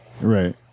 Right